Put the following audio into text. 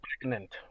pregnant